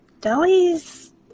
Deli's